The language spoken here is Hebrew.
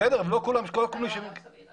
לא כל מי --- אתה לא אדם סביר.